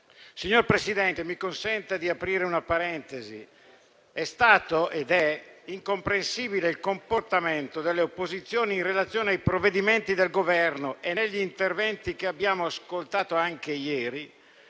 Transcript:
Signor Presidente, mi consenta di aprire una parentesi. È stato ed è incomprensibile il comportamento delle opposizioni in relazione ai provvedimenti del Governo - mi riferisco anche a